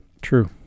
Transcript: True